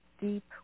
deep